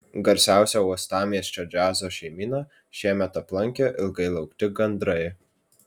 garsiausią uostamiesčio džiazo šeimyną šiemet aplankė ilgai laukti gandrai